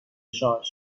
شارژ